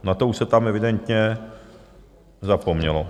Na to už se tam evidentně zapomnělo.